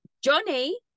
Johnny